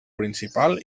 principal